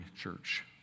church